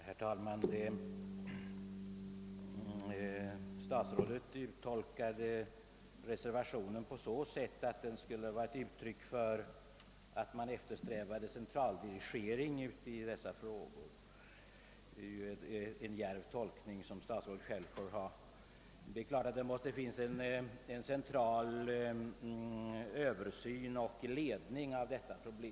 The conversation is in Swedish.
Herr talman! Statsrådet tolkade reservationen på så sätt, att den skulle vara ett uttryck för att reservanterna eftersträvar centraldirigering i dessa frågor. Det är en djärv tolkning som statsrådet själv får stå för. Det är klart att det måste finnas en central översyn och ledning av detta problem.